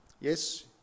Yes